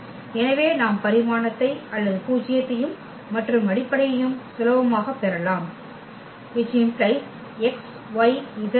எனவே நாம் பரிமாணத்தை அல்லது பூஜ்யத்தையும் மற்றும் அடிப்படையையும் சுலபமாக பெறலாம்